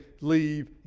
leave